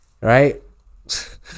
right